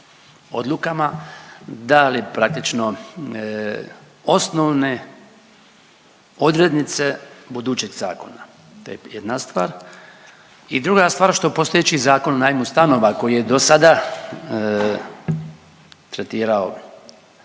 odlukama dali praktično osnovne odrednice budućeg zakona, to je jedna stvar. I druga stvar, što postojeći Zakon o najmu stanova koji je dosada tretirao